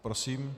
Prosím.